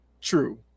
true